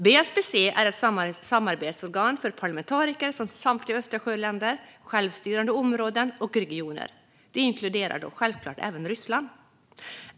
BSPC är ett samarbetsorgan för parlamentariker från samtliga Östersjöländer, självstyrande områden och regioner. Det inkluderar självklart även Ryssland.